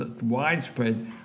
widespread